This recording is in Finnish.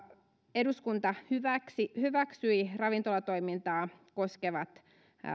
eduskunta hyväksyi ravintolatoimintaa koskevat